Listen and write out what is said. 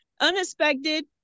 Unexpected